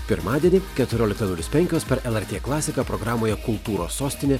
pirmadienį keturioliktą nulis penkios per lrt klasiką programoje kultūros sostinė